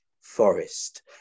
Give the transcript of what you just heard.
Forest